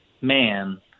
man